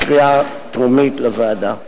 לאחר הקריאה הטרומית, לוועדה.